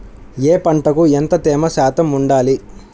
ఏ పంటకు ఎంత తేమ శాతం ఉండాలి?